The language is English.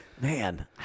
Man